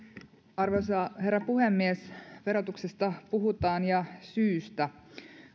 arvoisa herra puhemies verotuksesta puhutaan ja syystä